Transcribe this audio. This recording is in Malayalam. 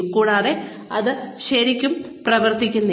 കൂടാതെ അത് ശരിക്കും പ്രവർത്തിക്കുന്നില്ല